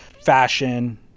fashion